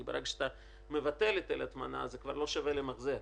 כי ברגע שאתה מבטל את היטל ההטמנה כבר לא שווה למחזר.